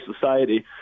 society